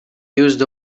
used